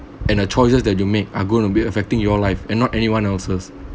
and the choices that you make are going to be affecting your life and not anyone else's